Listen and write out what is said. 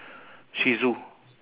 shih tzu